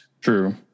True